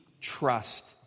trust